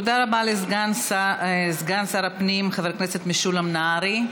תודה רבה לסגן שר הפנים, חבר הכנסת משולם נהרי.